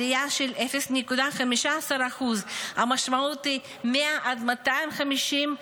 עלייה של 0.15%. המשמעות היא 100 עד 250